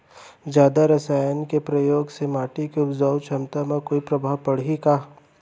जादा रसायन के प्रयोग से माटी के उपजाऊ क्षमता म कोई प्रभाव पड़ही का?